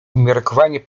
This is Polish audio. umiarkowanie